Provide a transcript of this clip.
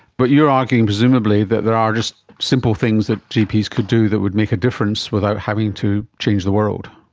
but you are arguing presumably that there are just simple things that gps could do that would make a difference without having to change the world.